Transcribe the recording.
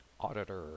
Auditor